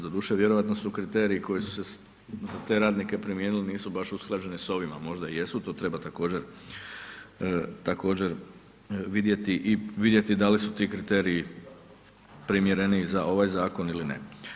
Doduše, vjerojatno su kriteriji koji su se za te radnike primijenili, nisu baš usklađeni s ovima, možda i jesu, to treba također vidjeti i vidjeti da li su ti kriteriji primjereniji za ovaj zakon ili ne.